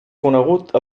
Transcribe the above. conegut